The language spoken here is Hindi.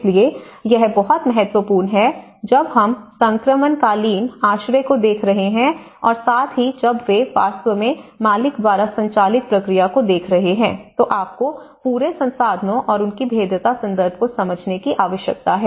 इसलिए यह बहुत महत्वपूर्ण है जब हम संक्रमणकालीन आश्रय को देख रहे हैं और साथ ही जब वे वास्तव में मालिक द्वारा संचालित प्रक्रिया को देख रहे हैं तो आपको पूरे संसाधनों और उनके भेद्यता संदर्भ को समझने की आवश्यकता है